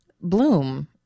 Bloom